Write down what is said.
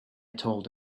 told